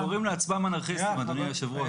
הם קוראים לעצמם אנרכיסטים, אדוני היושב-ראש.